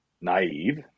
naive